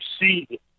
see